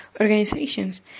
organizations